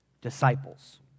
Disciples